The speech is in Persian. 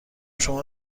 شما